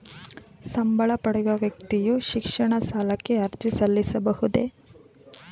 ಸಂಬಳ ಪಡೆಯುವ ವ್ಯಕ್ತಿಯು ಶಿಕ್ಷಣ ಸಾಲಕ್ಕೆ ಅರ್ಜಿ ಸಲ್ಲಿಸಬಹುದೇ?